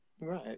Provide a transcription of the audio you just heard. Right